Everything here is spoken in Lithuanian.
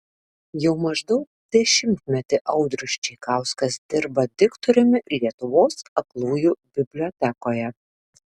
jau maždaug dešimtmetį audrius čeikauskas dirba diktoriumi lietuvos aklųjų bibliotekoje